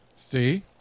See